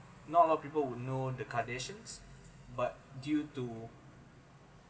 not a lot of people would know the kardashians but due to